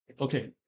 okay